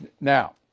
Now